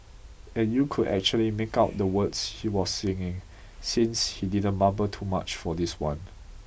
and you could actually make out the words she was singing since she didn't mumble too much for this one